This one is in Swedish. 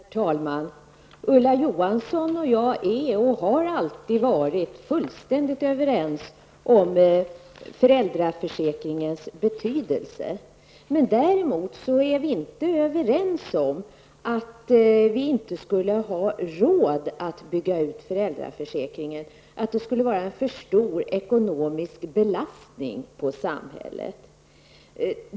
Herr talman! Ulla Johansson och jag är och har alltid varit fullständigt överens om föräldraförsäkringens betydelse. Däremot är vi inte överens om att vi inte skulle ha råd att bygga ut föräldraförsäkringen, att det skulle vara en för stor ekonomisk belastning på samhället.